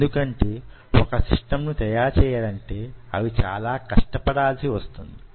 ఎందుకంటే వొక సిస్టమ్ ను తయారు చేయాలంటే అవి చాలా కష్టపడాల్సి వస్తుంది